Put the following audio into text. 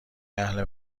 اهل